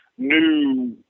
new